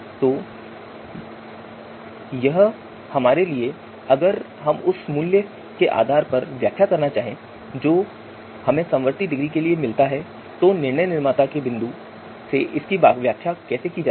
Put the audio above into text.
तो यह है कि हमारे लिए अगर हम उस मूल्य के आधार पर व्याख्या करना चाहते हैं जो हमें समवर्ती डिग्री के लिए मिलता है तो निर्णय निर्माता के बिंदु से इसकी व्याख्या कैसे की जा सकती है